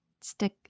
stick